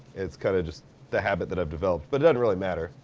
it's kind of just the habit that i've developed. but it doesn't really matter,